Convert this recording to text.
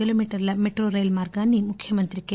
కిలోమీటర్ల మెట్రో రైలు మార్గాన్ని ముఖ్యమంత్రి కె